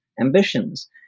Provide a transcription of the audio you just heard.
ambitions